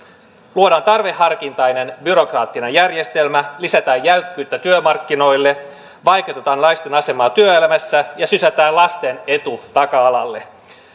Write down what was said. luodaan tarveharkintainen byrokraattinen järjestelmä lisätään jäykkyyttä työmarkkinoille vaikeutetaan naisten asemaa työelämässä ja sysätään lasten etu taka alalle